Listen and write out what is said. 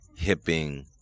hipping